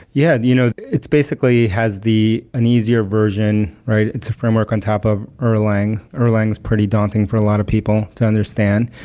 yeah. you know it basically has the an easier version, right? it's a framework on top of erlang. erlang is pretty daunting for a lot of people to understand.